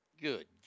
Good